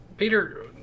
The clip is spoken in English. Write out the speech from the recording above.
Peter